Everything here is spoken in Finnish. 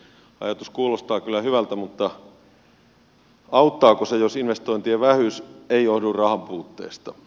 ajatus kuulostaa kyllä hyvältä mutta auttaako se jos investointien vähyys ei johdu rahan puutteesta